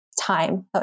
time